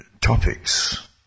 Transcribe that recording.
topics